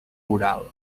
oral